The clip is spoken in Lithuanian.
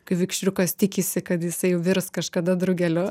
kai vikšriukas tikisi kad jisai virs kažkada drugeliu